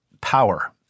power